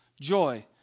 joy